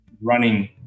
running